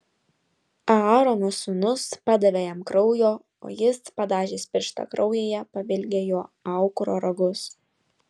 aarono sūnūs padavė jam kraujo o jis padažęs pirštą kraujyje pavilgė juo aukuro ragus